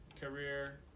career